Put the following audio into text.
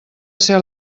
ser